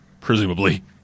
presumably